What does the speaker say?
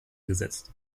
gesetzt